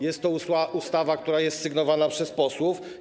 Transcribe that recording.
Jest to ustawa, która jest sygnowana przez posłów.